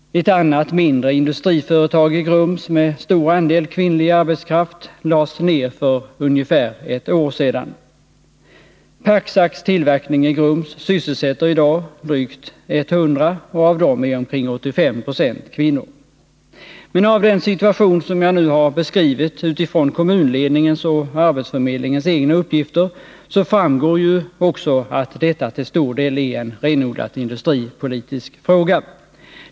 Ett annat, mindre industriföretag i Grums med stor andel kvinnlig arbetskraft lades ner för ungefär ett år sedan. Pacsacs tillverkning i Grums sysselsätter i dag drygt 100 personer, och av dem är omkring 85 9o kvinnor. Men av den situation som jag nu har beskrivit från kommunledningens och arbetsförmedlingens egna uppgifter framgår ju också att detta till stor del är en renodlad industripolitisk fråga.